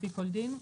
לפי כל דין,